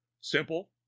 Simple